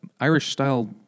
Irish-style